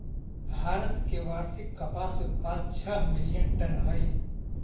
भारत के वार्षिक कपास उत्पाद छः मिलियन टन हई